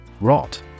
Rot